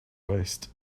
waist